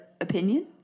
opinion